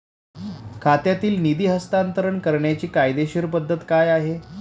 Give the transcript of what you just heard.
खात्यातील निधी हस्तांतर करण्याची कायदेशीर पद्धत काय आहे?